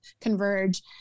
converge